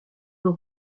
were